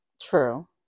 True